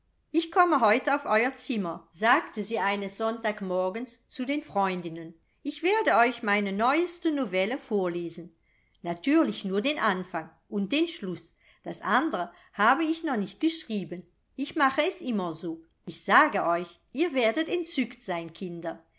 ich komme heute auf euer zimmer sagte sie eines sonntagmorgens zu den freundinnen ich werde euch meine neueste novelle vorlesen natürlich nur den anfang und den schluß das andre habe ich noch nicht geschrieben ich mache es immer so ich sage euch ihr werdet entzückt sein kinder